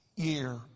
year